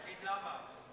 תגיד למה.